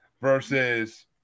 versus